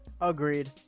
Agreed